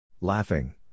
Laughing